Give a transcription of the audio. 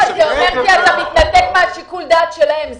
זה אומר שאתה מתנתק משיקול הדעת שלהם.